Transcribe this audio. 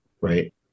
right